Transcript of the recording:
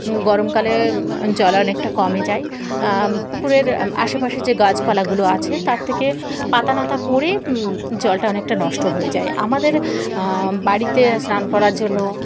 গরমকালে জল অনেকটা কমে যায় পুকুরের আশেপাশে যে গাছপালাগুলো আছে তার থেকে পাতানাতা পরে জলটা অনেকটা নষ্ট হয়ে যায় আমাদের বাড়িতে স্নান করার জন্য